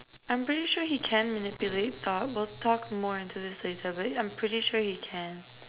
I'm pretty sure he can manipulate thought we'll talk more into this later but I'm pretty sure he can